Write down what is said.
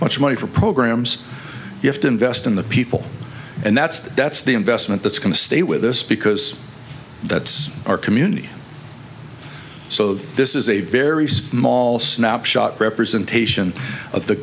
money for programs you have to invest in the people and that's that's the investment that's going to stay with this because that's our community so this is a very small snapshot representation of the